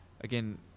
Again